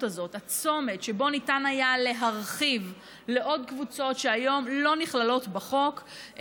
הזאת כצומת שבו ניתן היה להרחיב לעוד קבוצות שהיום לא נכללות בחוק,